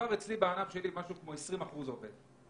בענף שלי כ-20% אצלי עובד.